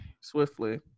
Swiftly